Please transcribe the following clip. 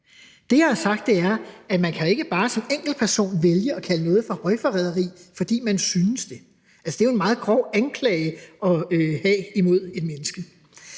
Det, jeg har sagt, er, at man ikke bare som enkeltperson kan vælge at kalde noget for højforræderi, fordi man synes det. Det er jo en meget grov anklage at fremsætte mod et menneske.